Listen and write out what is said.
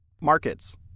Markets